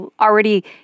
already